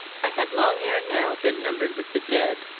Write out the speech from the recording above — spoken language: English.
i had long ere now been numbered with the dead,